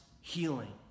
healing